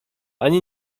ani